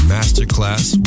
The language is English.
Masterclass